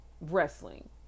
wrestling